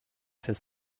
since